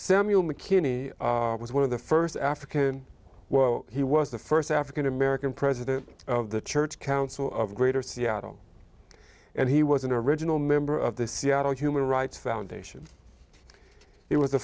samuel mckinney was one of the first african well he was the first african american president of the church council of greater seattle and he was an original member of the seattle human rights foundation it was